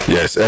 Yes